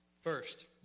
First